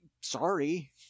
sorry